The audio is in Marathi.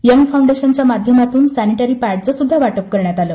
यंग फाउंडेशनच्या माध्यमातून सॅनिटरीपॅडचे वाटप करण्यात आले